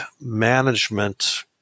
management